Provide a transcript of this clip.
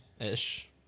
Ish